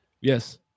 Yes